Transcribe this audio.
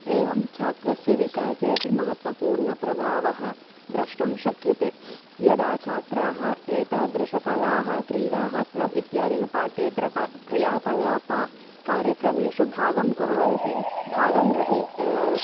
एवं छात्रस्य विकासे अपि महत्त्वपूर्णप्रभावः द्रष्टुं शक्यते यदा छात्राः एतादृशकलाः क्रीडाः क्लब् इत्यादीनि पाठ्येतर का क्रिया कलापे कार्यक्रमेषु भागं कुर्वन्ति भागं गृही